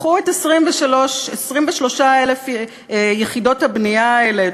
קחו את 23,000 יחידות הבנייה האלה,